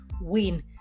win